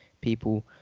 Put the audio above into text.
people